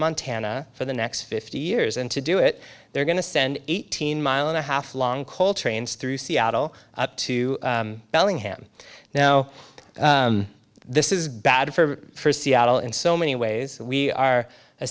montana for the next fifty years and to do it they're going to send eighteen mile and a half long coltrane's through seattle up to bellingham now this is bad for seattle in so many ways we are a